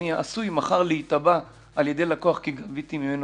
אני עשוי מחר להיתבע על ידי לקוח כי גביתי ממנו